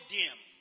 dim